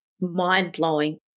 mind-blowing